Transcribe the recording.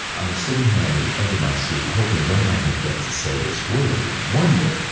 i've been sitting here on the edge of my seat, hoping, when am i going to get to say this word, wonder?